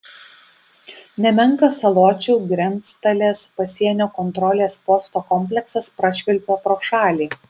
nemenkas saločių grenctalės pasienio kontrolės posto kompleksas prašvilpia pro šalį